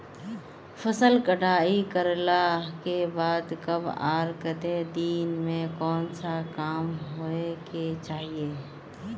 फसल कटाई करला के बाद कब आर केते दिन में कोन सा काम होय के चाहिए?